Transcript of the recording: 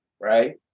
right